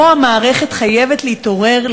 פה המערכת חייבת להתעורר,